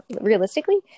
realistically